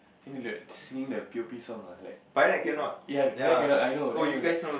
then they were like singing the p_o_p song ah like ya by right cannot I know then I were like